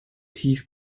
tief